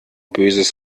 böses